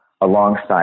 alongside